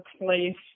place